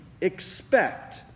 expect